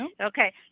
Okay